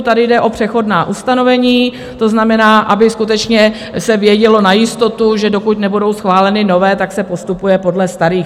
Tady jde o přechodná ustanovení, to znamená, aby skutečně se vědělo na jistotu, že dokud nebudou schváleny nové, tak se postupuje podle starých.